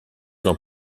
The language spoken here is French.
ans